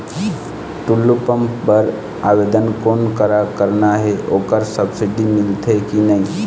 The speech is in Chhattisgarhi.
टुल्लू पंप बर आवेदन कोन करा करना ये ओकर सब्सिडी मिलथे की नई?